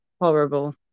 horrible